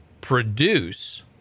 produce